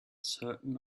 certain